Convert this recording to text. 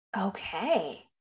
Okay